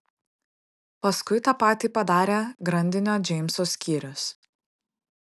paskui tą patį padarė grandinio džeimso skyrius